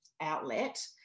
outlet